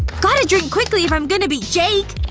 gotta drink quickly if i'm going to beat jake